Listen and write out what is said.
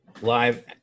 live